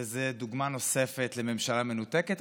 וזאת דוגמה נוספת לממשלה מנותקת.